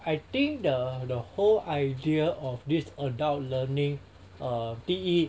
I think the the whole idea of this adult learning err 第一